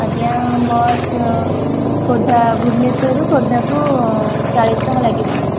ଆଜ୍ଞା ବସ୍ ଖୋର୍ଦ୍ଧା ଭୁବନେଶ୍ୱର ରୁ ଖୋର୍ଦ୍ଧା କୁ ଚାଳିଶ ଟଙ୍କା ଲାଗିବ